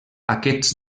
aquests